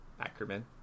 Ackerman